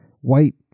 white